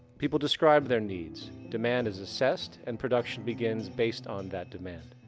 people describe their needs, demand is assessed, and production begins based on that demand.